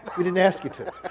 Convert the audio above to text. but we didn't ask you to.